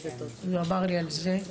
הוא אמר לי על זה.